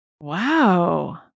Wow